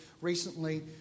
recently